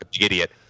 idiot